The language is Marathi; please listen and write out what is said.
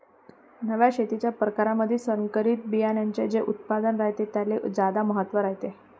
नव्या शेतीच्या परकारामंधी संकरित बियान्याचे जे उत्पादन रायते त्याले ज्यादा महत्त्व रायते